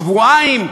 שבועיים,